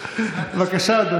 של מוסדות התרבות,